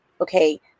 okay